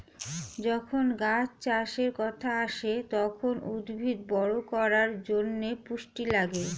যখন গাছ চাষের কথা আসে, তখন উদ্ভিদ বড় করার জন্যে পুষ্টি লাগে